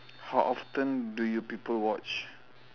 how often do you people watch